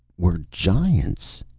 were giants.